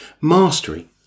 Mastery